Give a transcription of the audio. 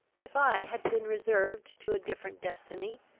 if i had been reserved to a different destiny,